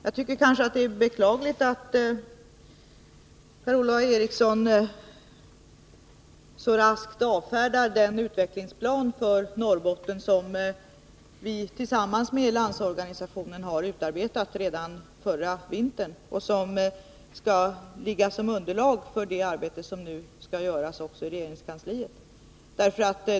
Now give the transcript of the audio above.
Jag tycker att det är beklagligt att Per-Ola Eriksson så raskt avfärdar den utvecklingsplan för Norrbotten som vi tillsammans med Landsorganisationen utarbetade redan förra vintern och som skall utgöra underlag för det arbete som nu skall utföras i regeringskansliet.